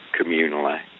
communally